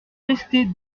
restée